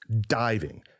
diving